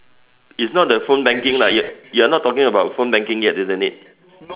is not the phone banking lah y~ you're not talking about phone banking yet isn't it